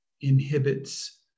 inhibits